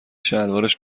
شلوارش